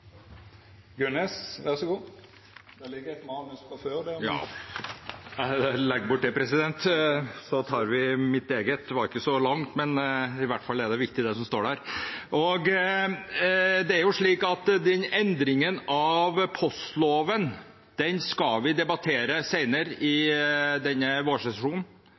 Gunnes. – Det ligg eit manus frå før her! Jeg legger bort det for mitt eget, president! Det er ikke så langt, men det er i hvert fall viktig det som står der. Det er slik at endringen av postloven skal vi debattere senere i denne vårsesjonen,